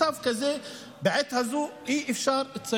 מצב כזה לא אפשרי בעת הזו.